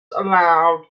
allowed